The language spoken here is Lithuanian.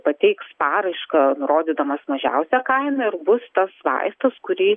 pateiks paraišką nurodydamas mažiausią kainą ir bus tas vaistas kurį